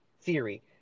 theory